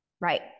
right